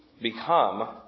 become